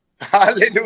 Hallelujah